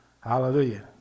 Hallelujah